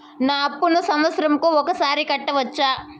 నా అప్పును సంవత్సరంకు ఒకసారి కట్టవచ్చా?